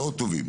מאוד טובים.